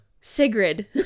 Sigrid